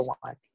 one